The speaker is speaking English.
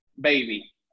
baby